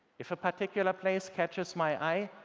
if a particular place catches my eye,